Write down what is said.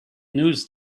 news